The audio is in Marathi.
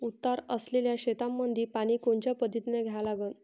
उतार असलेल्या शेतामंदी पानी कोनच्या पद्धतीने द्या लागन?